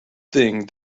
thing